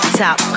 top